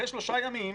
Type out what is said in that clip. אחרי שלושה ימים,